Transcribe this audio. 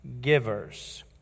givers